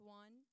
one